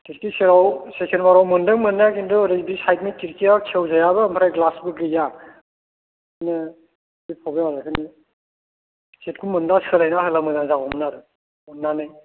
खोरखि सेराव सेकेण्ड बाराव मोनदों मोन्नाया खिन्थु औरै बे साइथनि ओरै खिरखिया खेवजायाबो ओमफ्राय ग्लासबो गैया नो दिसतार्ब जायो बेखायनो सिटखौ मोनबा सोलायना होब्ला मोजां जागौमोन आरो अन्नानै